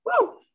Woo